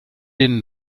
den